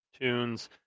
tunes